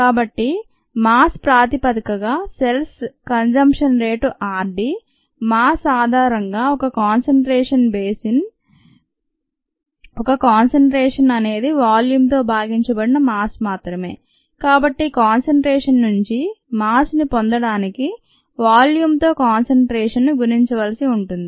కాబట్టి మాస్ ప్రాతిపదికగా cells consumption rate r d mass ఆధారంగా ఒక కాన్సంట్రేషన్ బేసిస్ ఒక కాన్సంట్రేషన్ అనేది వాల్యూం తో భాగించబడిన మాస్ మాత్రమే కాబట్టి కాన్సంట్రేషన్ నుండి మాస్ ని పొందడానికి వాల్యూం తో కాన్సంట్రేషన్ ను గుణించవలసి ఉంటుంది